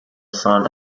son